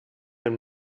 ein